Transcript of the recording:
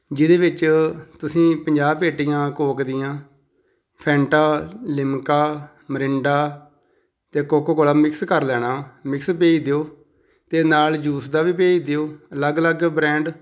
ਜਿਹਦੇ ਵਿੱਚ ਤੁਸੀਂ ਪੰਜਾਹ ਪੇਟੀਆਂ ਕੋਕ ਦੀਆਂ ਫੈਂਟਾ ਲਿਮਕਾ ਮਰਿੰਡਾ ਅਤੇ ਕੋਕੋ ਕੋਲਾ ਮਿਕਸ ਕਰ ਲੈਣਾ ਮਿਕਸ ਭੇਜ ਦਿਓ ਅਤੇ ਨਾਲ ਜੂਸ ਦਾ ਵੀ ਭੇਜ ਦਿਓ ਅਲੱਗ ਅਲੱਗ ਬ੍ਰੈਂਡ